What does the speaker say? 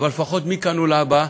אבל לפחות מכאן ולהבא,